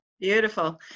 Beautiful